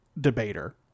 debater